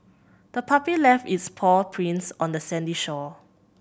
the puppy left its paw prints on the sandy shore